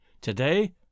Today